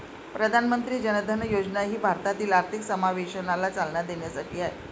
प्रधानमंत्री जन धन योजना ही भारतातील आर्थिक समावेशनाला चालना देण्यासाठी आहे